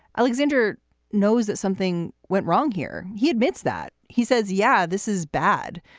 alexander knows that something went wrong here. he admits that. he says, yeah, this is bad,